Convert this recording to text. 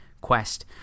quest